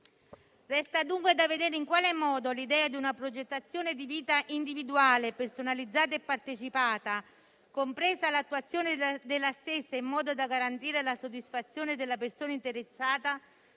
Resta dunque da vedere in quale modo l'idea di una progettazione di vita individuale, personalizzata e partecipata, compresa l'attuazione della stessa in modo da garantire la soddisfazione della persona interessata,